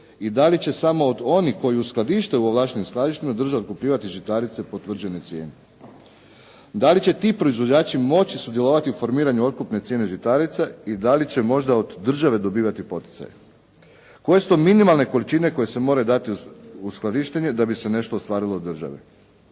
i da li će samo od onih koji uskladištuju u ovlaštenim skladištima država otkupljivati žitarice po utvrđenoj cijeni? Da li će ti proizvođači moći sudjelovati u formiranju otkupne cijene žitarice i da li će možda od države dobivati poticaj? Koje su to minimalne količine koje se moraju dati u skladištenje da bi se nešto ostvarilo od države?